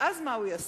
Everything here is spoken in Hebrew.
ואז מה הוא יעשה?